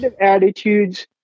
Attitudes